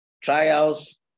Trials